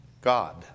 God